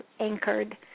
anchored